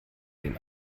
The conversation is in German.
den